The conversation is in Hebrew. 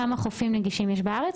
כמה חופים נגישים יש בארץ,